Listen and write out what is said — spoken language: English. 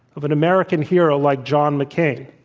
of an american hero like john mccain?